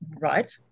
right